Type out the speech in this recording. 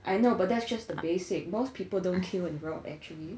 I know but that's just the basic most people don't kill and rob actually